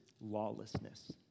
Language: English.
lawlessness